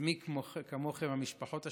ומי כמוכן, המשפחות השכולות,